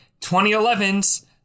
2011's